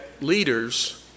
leaders